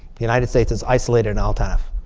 the united states is isolated in al-tanf.